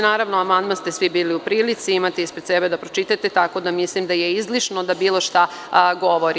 Naravno, amandman ste svi bili u prilici da vidite, imate ispred sebe da pročitate, tako da mislim da je izlišno da bilo šta govorim.